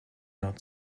not